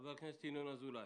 חבר הכנסת ינון אזולאי.